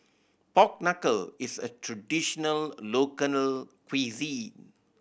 pork knuckle is a traditional local cuisine